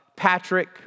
Patrick